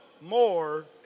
more